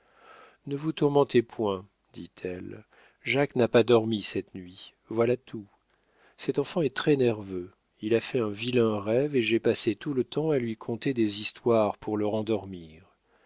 ne vous tourmentez point dit-elle jacques n'a pas dormi cette nuit voilà tout cet enfant est très nerveux il a fait un vilain rêve et j'ai passé tout le temps à lui conter des histoires pour le rendormir